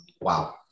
wow